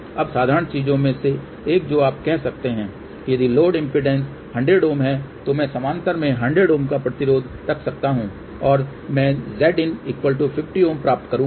अब साधारण चीजों में से एक जो आप कह सकते हैं कि यदि लोड इम्पीडेन्स 100 Ω है तो मैं समानांतर में 100 Ω का प्रतिरोध रख सकता हूं और मैं Zin 50 Ω प्राप्त करूंगा